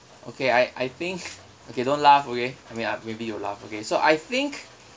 okay I I think okay don't laugh okay I mean uh you'll laugh okay so I think